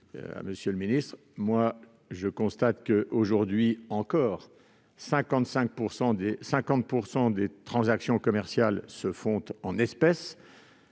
monsieur le ministre, je constate que, aujourd'hui encore, 50 % des transactions commerciales se font en espèces.